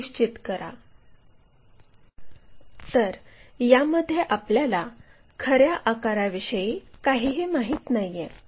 तर यामध्ये आपल्याला खर्या आकाराविषयी काहीही माहिती नाहीये